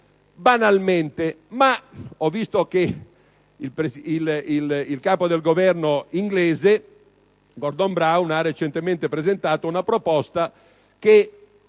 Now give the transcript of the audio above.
banchieri, i finanzieri. Il capo del Governo inglese Gordon Brown ha recentemente presentato una proposta che